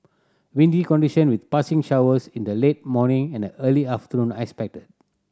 windy condition with passing showers in the late morning and early afternoon are expected